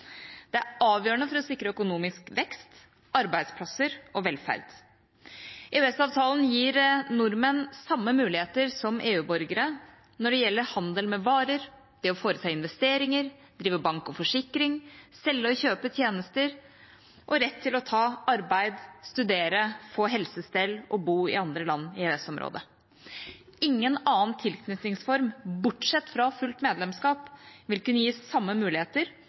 Det er avgjørende for å sikre økonomisk vekst, arbeidsplasser og velferd. EØS-avtalen gir nordmenn samme muligheter som EU-borgere når det gjelder handel med varer, det å foreta investeringer, drive bank og forsikring, selge og kjøpe tjenester og rett til å ta arbeid, studere, få helsestell og å bo i andre land i EØS-området. Ingen annen tilknytningsform, bortsett fra fullt EU-medlemskap, vil kunne gi samme muligheter.